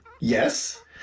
Yes